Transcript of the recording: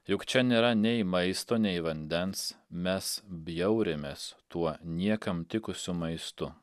juk čia nėra nei maisto nei vandens mes bjaurimės tuo niekam tikusiu maistu